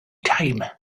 time